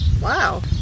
wow